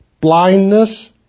blindness